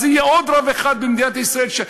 אז יהיה עוד רב אחד במדינת ישראל.